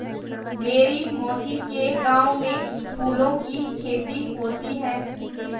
मेरी मौसी के गांव में फूलों की खेती होती है